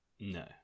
No